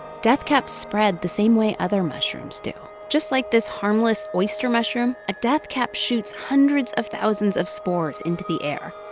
death caps spread the same way other mushrooms do. just like this harmless oyster mushroom, a death cap shoots hundreds of thousands of spores into the air.